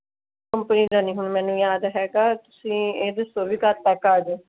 company ਦਾ ਨਹੀਂ ਹੁਣ ਮੈਨੂੰ ਯਾਦ ਹੈਗਾ ਤੁਸੀਂ ਇਹ ਦੱਸੋ ਵੀ ਕਦ ਤੱਕ ਆ ਜਾਉ